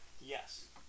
Yes